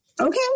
okay